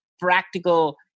practical